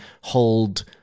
hold